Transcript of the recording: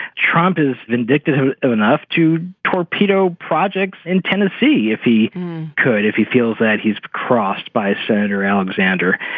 trump is vindictive enough to torpedo projects in tennessee if he could, if he feels that he's crossed by senator alexander.